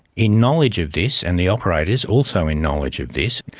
in knowledge of this, and the operators also in knowledge of this,